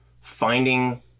finding